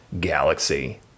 galaxy